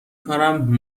کنم